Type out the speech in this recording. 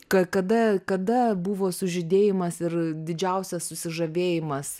ka kada kada buvo sužydėjimas ir didžiausias susižavėjimas